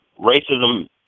racism